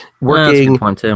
working